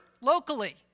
locally